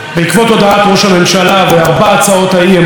בעקבות הודעת ראש הממשלה וארבע הצעות האי-אמון,